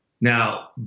Now